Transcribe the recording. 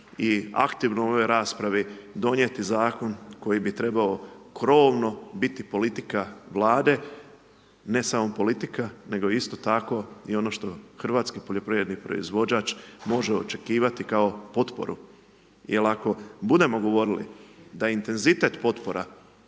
i aktivno u ovoj raspravi donijeti zakon koji bi trebao krovno biti politika Vlade, ne samo politika nego isto tako i ono što hrvatski poljoprivredni proizvođač može očekivati kao potporu jer ako budemo govorili da intenzitet potpora